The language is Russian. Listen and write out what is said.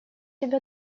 тебя